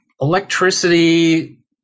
electricity